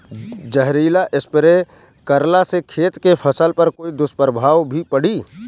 जहरीला स्प्रे करला से खेत के फसल पर कोई दुष्प्रभाव भी पड़ी?